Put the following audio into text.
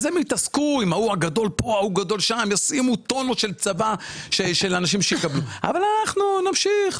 הם יתעסקו עם ההוא הגדול וישימו טונות של צבא של אנשים אבל אנחנו נמשיך,